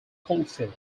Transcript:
coldfield